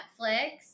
Netflix